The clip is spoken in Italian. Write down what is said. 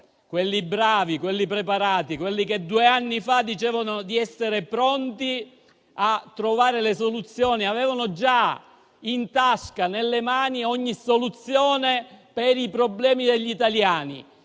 quelli bravi, quelli preparati, quelli che due anni fa dicevano di essere pronti a trovare le soluzioni, avevano già in tasca ogni soluzione per i problemi degli italiani.